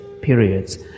Periods